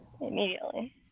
immediately